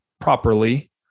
properly